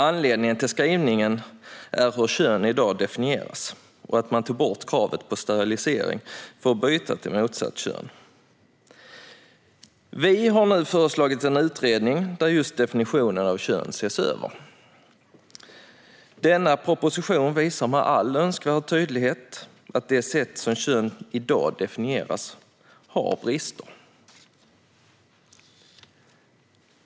Anledningen till skrivningen är hur kön i dag definieras och att man tog bort kravet på sterilisering för att byta till motsatt kön. Vi har nu föreslagit en utredning där just definitionerna av kön ses över. Denna proposition visar med all önskvärd tydlighet att det sätt som kön definieras på i dag har brister.